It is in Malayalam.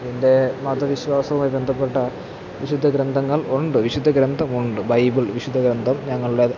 എന്റെ മത വിശ്വാസവുമായി ബന്ധപ്പെട്ട വിശുദ്ധ ഗ്രന്ഥങ്ങള് ഉണ്ട് വിശുദ്ധ ഗ്രന്ഥം ഉണ്ട് ബൈബിള് വിശുദ്ധ ഗ്രന്ഥം ഞങ്ങളുടെ